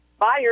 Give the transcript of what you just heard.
Buyers